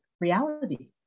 reality